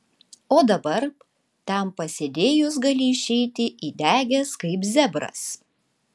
o dabar ten pasėdėjus gali išeiti įdegęs kaip zebras